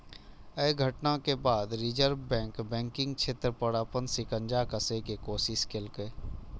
अय घटना के बाद रिजर्व बैंक बैंकिंग क्षेत्र पर अपन शिकंजा कसै के कोशिश केलकै